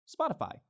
Spotify